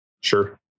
Sure